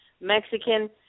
Mexican